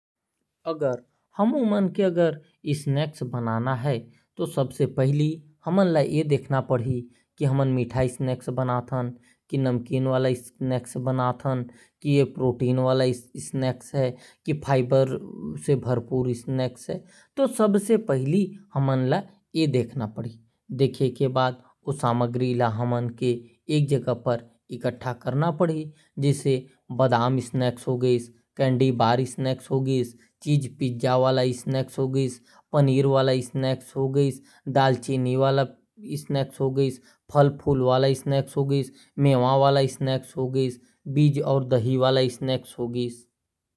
स्नैक्स बनाए बर हमके सबसे पहले ये देखना पढ़ी की हमके कौन सा स्नैक्स बनाना है। मीठा, नामकिन, प्रोटीन, या फाइबर युक्त है। देखे के बाद सामग्री ल इक्कठा करना पड़ी। जैसे बादाम वाला स्नैक्स, पनीर वाला स्नैक्स, फल वाला स्नैक्स, या दही वाला स्नैक्स।